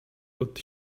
what